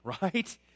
right